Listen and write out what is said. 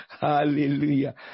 Hallelujah